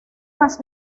más